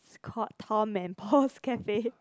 it's called Tom and Paul's Cafe